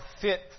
fit